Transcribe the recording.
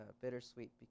bittersweet